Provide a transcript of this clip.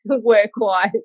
work-wise